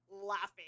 laughing